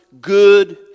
good